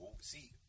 see